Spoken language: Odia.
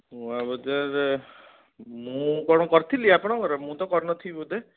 ନୂଆ ବଜାର ମୁଁ କ'ଣ କରିଥିଲି ଆପଣଙ୍କର ମୁଁ ତ କରିନଥିବି ବୋଧେ